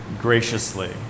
graciously